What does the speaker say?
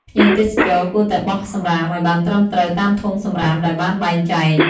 ភ្ញៀវទេសចរគួរតែបោះសំរាមឱ្យបានត្រឹមត្រូវតាមធុងសំរាមដែលបានបែងចែក។